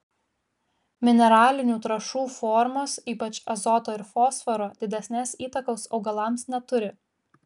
mineralinių trąšų formos ypač azoto ir fosforo didesnės įtakos augalams neturi